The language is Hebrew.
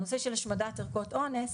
הנושא של השמדת ערכות אונס,